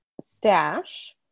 stash